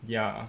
ya